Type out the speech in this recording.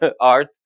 art